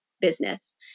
business